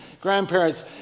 grandparents